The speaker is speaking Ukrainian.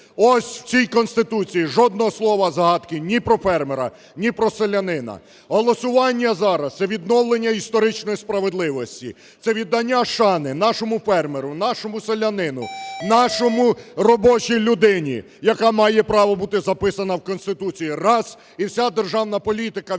ось у цій Конституції жодного слова згадки ні про фермера, ні про селянина. Голосування зараз – це відновлення історичної справедливості, це віддання шани нашому фермеру, нашому селянину, нашій робочій людині, яка має право бути записана в Конституції – раз. І вся державна політика в інтересах